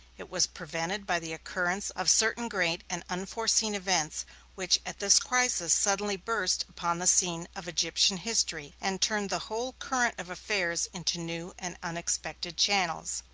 it was prevented by the occurrence of certain great and unforeseen events which at this crisis suddenly burst upon the scene of egyptian history, and turned the whole current of affairs into new and unexpected channels.